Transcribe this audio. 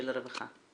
של הרווחה?